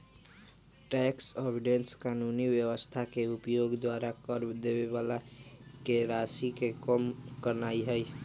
tax avoidance कानूनी व्यवस्था के उपयोग द्वारा कर देबे बला के राशि के कम करनाइ हइ